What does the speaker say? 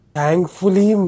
Thankfully